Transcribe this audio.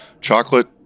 chocolate